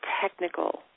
technical